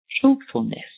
truthfulness